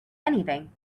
anything